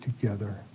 together